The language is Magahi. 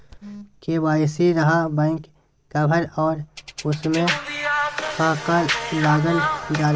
के.वाई.सी रहा बैक कवर और उसमें का का लागल जाला?